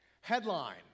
Headline